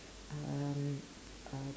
um uh